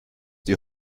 die